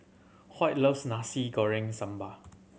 Hoyt loves Nasi Goreng samba